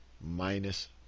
minus